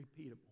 repeatable